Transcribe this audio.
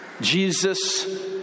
Jesus